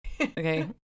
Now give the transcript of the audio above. Okay